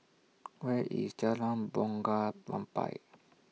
Where IS Jalan Bunga Rampai